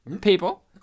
people